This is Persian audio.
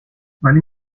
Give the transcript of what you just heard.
ولی